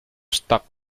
stuck